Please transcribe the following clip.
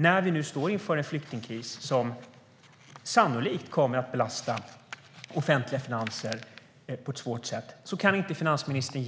När vi nu står inför en flyktingkris som sannolikt kommer att belasta offentliga finanser på ett svårt sätt kan inte finansministern